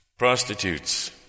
prostitutes